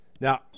Now